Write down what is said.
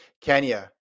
Kenya